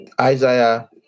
Isaiah